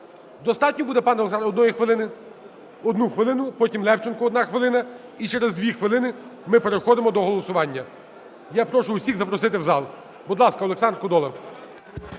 Достатньо буде, пане Олександр, одної хвилини? Одну хвилину. Потім Левченко – одна хвилина. І через дві хвилини ми переходимо до голосування. Я прошу усіх запросити в зал. Будь ласка, Олександр Кодола.